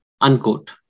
Unquote